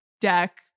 Deck